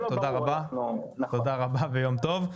תודה רבה ויום טוב.